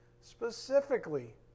Specifically